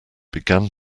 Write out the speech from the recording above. began